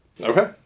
Okay